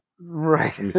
right